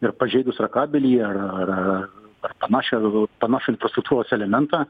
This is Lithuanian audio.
ir pažeidus ar kabelį ar ar ar ar panašią panašų infrastruktūros elementą